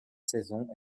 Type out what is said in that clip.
saison